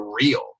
real